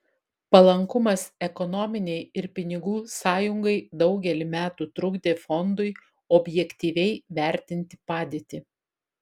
palankumas ekonominei ir pinigų sąjungai daugelį metų trukdė fondui objektyviai vertinti padėtį